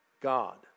God